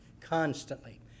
constantly